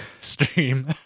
stream